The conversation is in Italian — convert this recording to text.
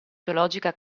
teologica